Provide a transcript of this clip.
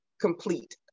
complete